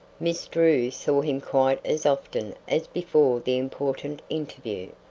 miss drew saw him quite as often as before the important interview,